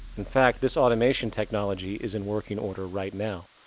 in fact, this automation technology is in working order right now.